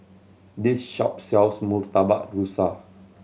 this shop sells Murtabak Rusa